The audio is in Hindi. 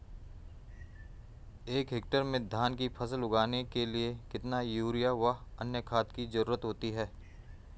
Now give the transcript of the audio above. एक हेक्टेयर में धान की फसल उगाने के लिए कितना यूरिया व अन्य खाद की जरूरत होती है?